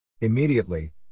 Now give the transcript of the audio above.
Immediately